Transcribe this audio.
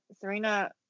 Serena